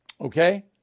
Okay